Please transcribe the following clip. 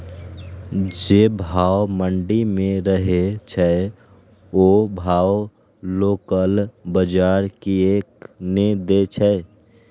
जे भाव मंडी में रहे छै ओ भाव लोकल बजार कीयेक ने दै छै?